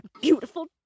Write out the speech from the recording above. Beautiful